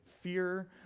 fear